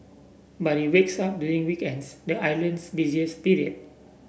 but it wakes up during weekends the island's busiest period